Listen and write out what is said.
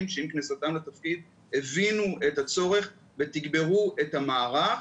שעם כניסתם לתפקיד הבינו את הצורך ותגברו את המערך